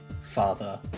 Father